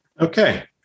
Okay